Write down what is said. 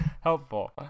helpful